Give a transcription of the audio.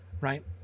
right